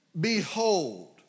Behold